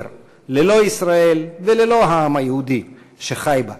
ללא ישראל וללא העם היהודי שחי בה.